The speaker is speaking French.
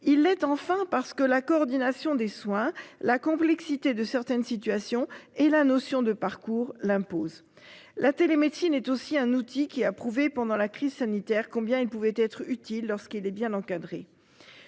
Il est enfin parce que la coordination des soins, la complexité de certaines situations et la notion de parcours l'impose la télémédecine est aussi un outil qui a prouvé pendant la crise sanitaire. Combien il pouvait être utile lorsqu'il est bien encadrée.